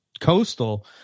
coastal